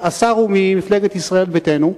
השר הוא ממפלגת ישראל ביתנו.